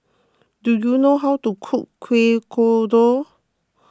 do you know how to cook Kuih Kodok